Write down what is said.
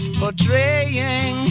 portraying